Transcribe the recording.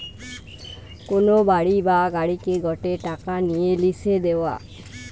কোন বাড়ি বা গাড়িকে গটে টাকা নিয়ে লিসে দেওয়া